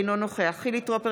אינו נוכח חילי טרופר,